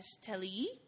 telly